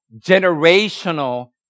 generational